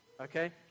okay